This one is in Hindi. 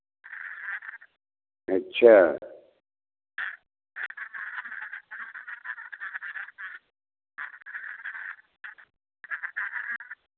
अच्छा